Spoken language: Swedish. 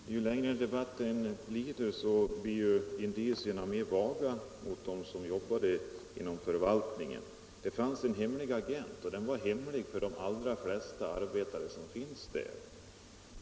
Fru talman! Ju längre debatten lider, desto vagare blir ju indicierna mot dem som jobbade inom förvaltningen. Det fanns en hemlig agent, och den var hemlig för de allra flesta av arbetarna där.